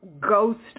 ghost